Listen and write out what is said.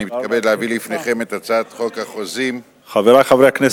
אני מתכבד להביא לפניכם את הצעת חוק החוזים (חלק כללי) (תיקון